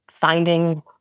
finding